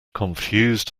confused